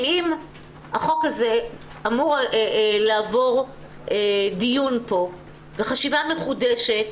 כי אם החוק הזה אמור לעבור דיון פה וחשיבה מחודשת